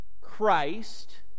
Christ